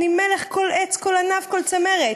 / אני מלך כל עץ, כל ענף, כל צמרת.